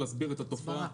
את התופעה.